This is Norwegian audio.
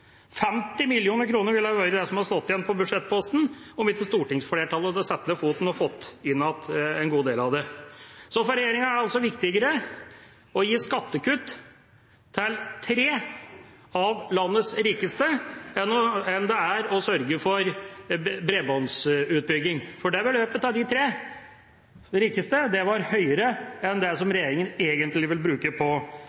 50 mill. kr ville stått igjen på budsjettposten, om ikke stortingsflertallet hadde satt ned foten og fått inn igjen en god del av det. For regjeringa er det altså viktigere å gi skattekutt til tre av landets rikeste enn å sørge for bredbåndsutbygging, for beløpet til de tre rikeste er høyere enn det